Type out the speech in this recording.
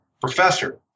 professor